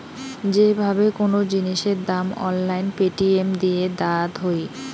যে ভাবে কোন জিনিসের দাম অনলাইন পেটিএম দিয়ে দায়াত হই